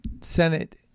Senate